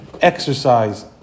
exercise